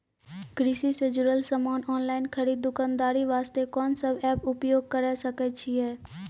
कृषि से जुड़ल समान ऑनलाइन खरीद दुकानदारी वास्ते कोंन सब एप्प उपयोग करें सकय छियै?